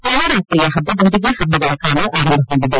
ನವರಾತ್ರಿಯ ಹಬ್ಬದೊಂದಿಗೆ ಹಬ್ಬಗಳ ಕಾಲ ಆರಂಭಗೊಂಡಿದೆ